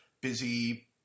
busy